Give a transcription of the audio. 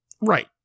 Right